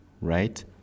right